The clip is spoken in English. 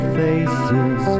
faces